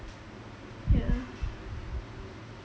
yeah